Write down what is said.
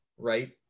Right